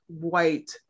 white